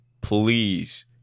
please